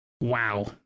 Wow